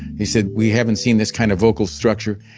he said, we haven't seen this kind of vocal structure.